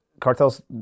Cartels